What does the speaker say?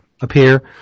appear